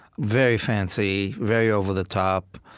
very fancy, very over-the-top.